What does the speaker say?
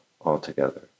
altogether